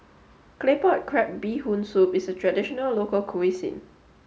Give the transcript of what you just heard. Claypot Crab Bee Hoon Soup is a traditional local cuisine